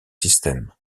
systèmes